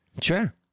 Sure